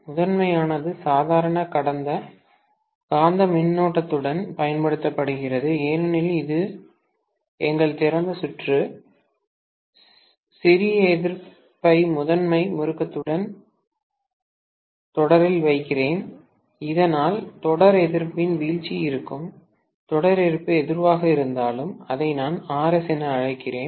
முதன்மையானது சாதாரண காந்த மின்னோட்டத்துடன் பயன்படுத்தப்படுகிறது ஏனெனில் இது எங்கள் திறந்த சுற்று சிறிய எதிர்ப்பை முதன்மை முறுக்குடன் தொடரில் வைக்கிறேன் இதனால் தொடர் எதிர்ப்பின் வீழ்ச்சி இருக்கும் தொடர் எதிர்ப்பு எதுவாக இருந்தாலும் அதை நான் Rs என அழைக்கிறேன்